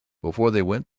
before they went,